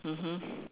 mmhmm